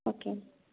okay ma'am